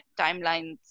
timelines